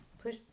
push